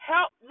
Help